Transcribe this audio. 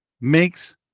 makes